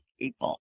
people